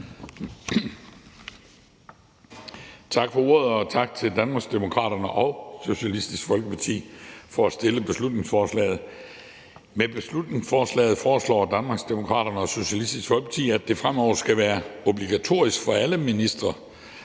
Tak for ordet, og tak til Danmarksdemokraterne og Socialistisk Folkeparti for at fremsætte beslutningsforslaget. Med beslutningsforslaget foreslår Danmarksdemokraterne og Socialistisk Folkeparti, at det fremover skal være obligatorisk for alle ministre